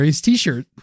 t-shirt